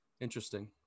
Interesting